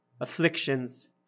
afflictions